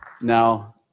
now